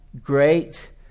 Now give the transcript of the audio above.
great